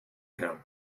him